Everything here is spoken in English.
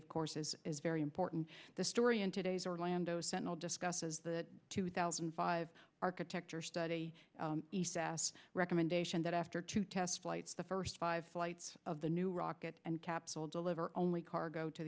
of course is is very important the story in today's orlando sentinel discusses the two thousand and five architecture study the sas recommendation that after two test flights the first five flight of the new rocket and capsule deliver only cargo to